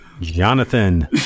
jonathan